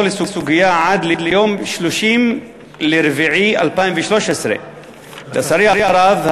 בסוגיה עד ליום 30 באפריל 2013. לצערי הרב,